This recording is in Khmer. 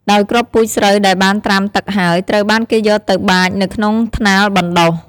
ដោយគ្រាប់ពូជស្រូវដែលបានត្រាំទឹកហើយ ត្រូវបានគេយកទៅបាចនៅក្នុងថ្នាលបណ្ដុះ។